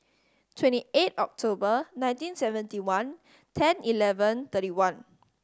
twenty eight October nineteen seventy one ten eleven thirty one